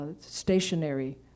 stationary